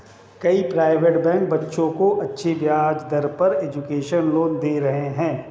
कई private bank बच्चों को अच्छी ब्याज दर पर एजुकेशन लोन दे रहे है